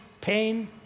pain